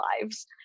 lives